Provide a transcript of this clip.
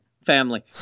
family